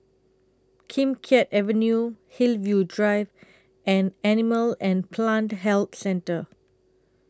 Kim Keat Avenue Hillview Drive and Animal and Plant Health Centre